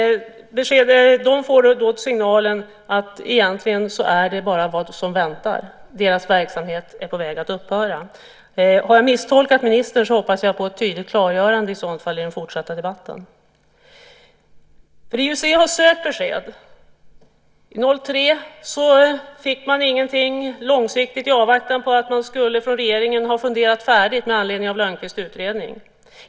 De får signalen att det egentligen bara är det som väntar. Deras verksamhet är på väg att upphöra. Har jag misstolkat ministern hoppas jag på ett tydligt klargörande i den fortsatta debatten. IUC har sökt besked. 2003 fick man ingenting långsiktigt. Man fick avvakta att regeringen skulle fundera färdigt med anledning av Lönnqvists utredning.